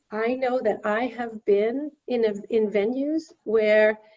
i know that i have been in ah in venues where